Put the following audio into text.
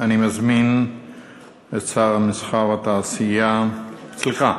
אני מזמין את שר המסחר והתעשייה, סליחה,